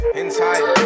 inside